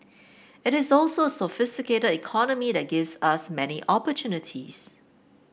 it is also a sophisticated economy that gives us many opportunities